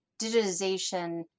digitization